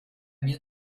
mir